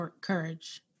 courage